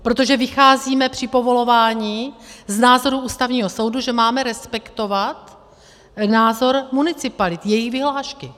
Protože vycházíme při povolování z názoru Ústavního soudu, že máme respektovat názor municipalit, jejich vyhlášky.